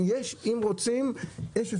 יש לפעמים תנאים --- אם רוצים יש אפשרות.